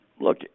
look